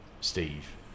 Steve